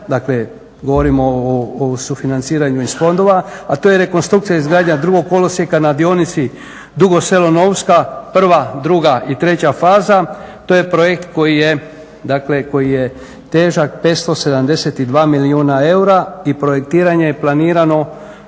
dakle govorimo o sufinanciranju iz fondova a to je rekonstrukcija i izgradnja drugog kolosijeka na dionici Dugo Selo-Novska, prva, druga i treća faza. to je projekt koji je, dakle koji je težak 572 milijuna eura i projektiranje je planirano